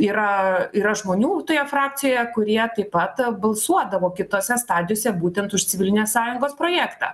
yra yra žmonių toje frakcijoje kurie taip pat balsuodavo kitose stadijose būtent už civilinės sąjungos projektą